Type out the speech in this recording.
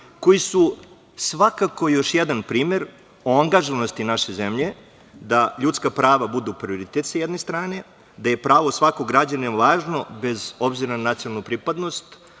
koji su svakako još jedan primer o angaženosti naše zemlje da ljudska prava budu prioritet, sa jedne strane, gde je pravo svakog građanina lažno bez obzira na nacionalnu pripadnost.